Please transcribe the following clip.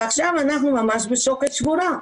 ועכשיו אנחנו ממש בשוקת שבורה.